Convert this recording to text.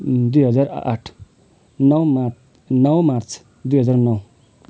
दुई हजार आठ नौ मार्च नौ मार्च दुई हजार नौ